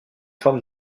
forme